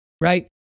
right